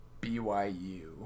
BYU